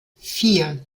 vier